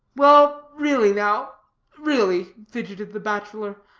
well, really, now really, fidgeted the bachelor,